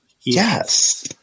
Yes